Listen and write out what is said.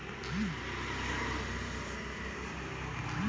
ಭಾರತದ currency USA currency ರೇಟ್ಗಿಂತ ಕಡಿಮೆ ಇದೆ